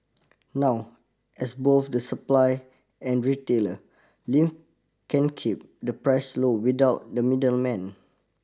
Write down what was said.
now as both the supply and retailer Lim can keep the price low without the middleman